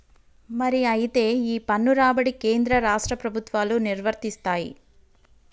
మరి అయితే ఈ పన్ను రాబడి కేంద్ర రాష్ట్ర ప్రభుత్వాలు నిర్వరిస్తాయి